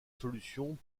solution